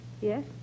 Yes